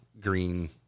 green